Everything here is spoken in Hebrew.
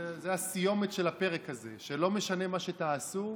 הסיומת של הפרק הזה, שלא משנה מה שתעשו,